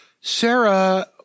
Sarah